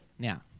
Now